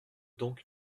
donc